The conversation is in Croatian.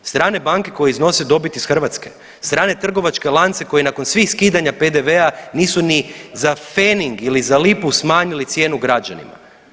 Strane banke koje iznose dobit iz Hrvatske, strane trgovačke lance koji nakon svih skidanja PDV-a nisu ni za pfening ili za lipu smanjili cijenu građanima.